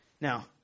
Now